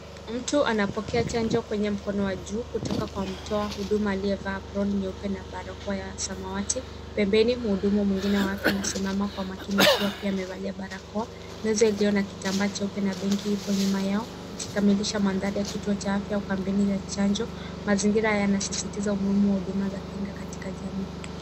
Mtu anapokea chanjo kwenye mkono wa juu kutoka kwa mtoa huduma aliyevaa aproni nyeupe na barakoa ya samawati. Pembeni mhudumu mwingine wake anasimama kwa makini akiwa pia amevalia barakoa. Meza iliyo na kitambaa cheupe na benki ipo nyuma yao ikikamilisha mandhari ya kituo cha afya au kampeni ya chanjo. Mazingira yanasisitiza umuhimu wa huduma za kinga katika jamii.